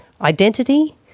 identity